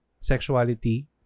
sexuality